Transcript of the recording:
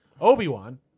Obi-Wan